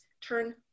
turn